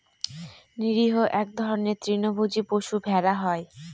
নিরীহ এক ধরনের তৃণভোজী পশু ভেড়া হয়